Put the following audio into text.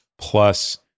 plus